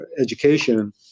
education